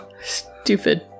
Stupid